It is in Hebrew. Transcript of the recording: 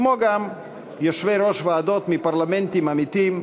כמו גם יושבי-ראש ועדות מפרלמנטים עמיתים,